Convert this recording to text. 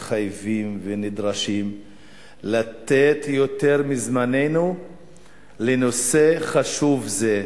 מתחייבים ונדרשים לתת יותר מזמננו לנושא חשוב זה.